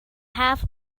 half